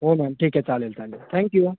हो मॅम ठीक आहे चालेल चालेल थॅंक्यू